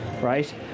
Right